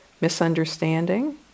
misunderstanding